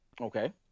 Okay